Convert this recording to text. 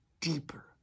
deeper